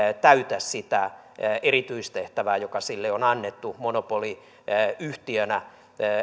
täytä sitä erityistehtävää joka sille on annettu monopoliyhtiönä